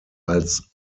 als